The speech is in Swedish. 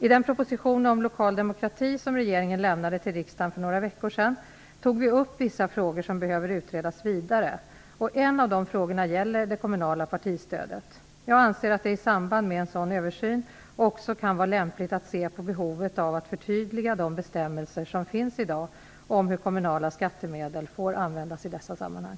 I den proposition om lokal demokrati som regeringen lämnade till riksdagen för några veckor sedan tog vi upp vissa frågor som behöver utredas vidare. En av dessa frågor gäller det kommunala partistödet. Jag anser att det i samband med en sådan översyn också kan vara lämpligt att se på behovet av att förtydliga de bestämmelser som finns i dag om hur kommunala skattemedel får användas i dessa sammanhang.